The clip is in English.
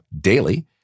daily